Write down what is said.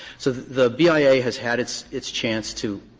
so the bia has had its its chance to